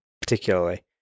particularly